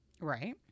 Right